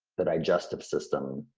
the digestive system,